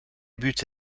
buts